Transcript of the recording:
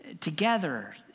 together